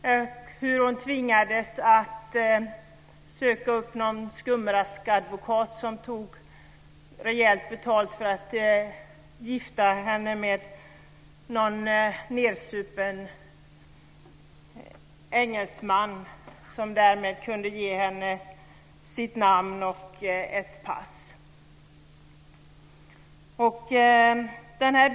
Hon berättar hur hon tvingades söka upp en skumraskadvokat som tog rejält betalt för att gifta ihop henne med någon nedsupen engelsman som därmed kunde ge henne sitt namn och ett pass.